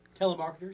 Telemarketers